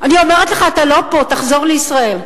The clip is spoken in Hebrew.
אני אומרת לך, אתה לא פה, תחזור לישראל.